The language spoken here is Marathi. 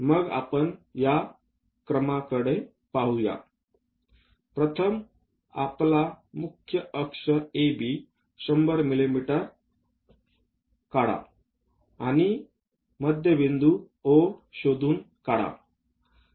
तर मग आपण या क्रमाकडे पाहुया प्रथम आपला मुख्य अक्ष AB 100 मिमी काढा आणि मध्यबिंदू O शोधून काढा